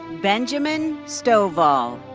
benjamin stovall.